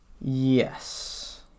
Yes